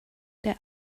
der